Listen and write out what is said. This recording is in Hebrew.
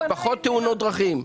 פחות תאונות דרכים.